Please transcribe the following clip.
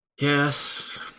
Yes